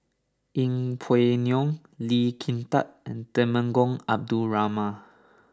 Yeng Pway Ngon Lee Kin Tat and Temenggong Abdul Rahman